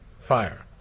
fire